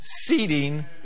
seating